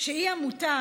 היא עמותה